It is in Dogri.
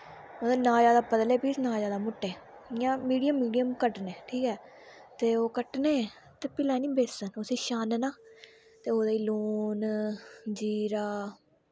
ना जादा पतले पीस न जैदा मोटे इ'यां मिडियम मिडियम कट्टने ठीक ऐ ते ओह् कट्टने ते फ्ही लैनी बेसन उस्सी छानना ते ओह्दे च लून जीरा